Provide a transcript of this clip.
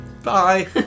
Bye